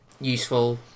useful